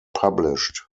published